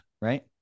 right